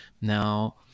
Now